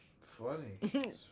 funny